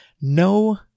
no